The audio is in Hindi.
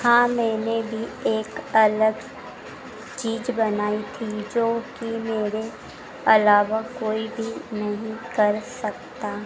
हाँ मैंने भी एक अलग चीज़ बनाई थी जो कि मेरे अलावा कोई भी नहीं कर सकता